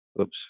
Oops